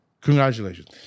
Congratulations